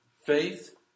faith